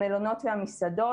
המלונות והמסעדות.